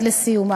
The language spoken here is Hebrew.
עד לסיומה.